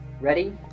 Ready